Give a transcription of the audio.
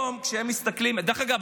דרך אגב,